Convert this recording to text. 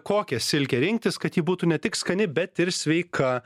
kokią silkę rinktis kad ji būtų ne tik skani bet ir sveika